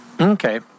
Okay